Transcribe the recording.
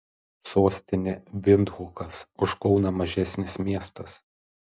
sostinė vindhukas už kauną mažesnis miestas